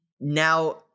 now